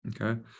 Okay